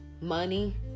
Money